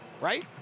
Right